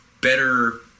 better